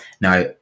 now